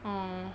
orh